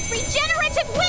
Regenerative